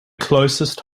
closest